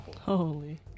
Holy